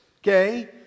okay